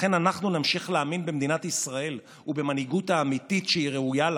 לכן אנחנו נמשיך להאמין במדינת ישראל ובמנהיגות האמיתית שהיא ראויה לה,